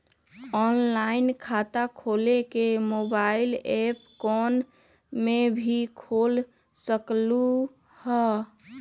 Online खाता खोले के मोबाइल ऐप फोन में भी खोल सकलहु ह?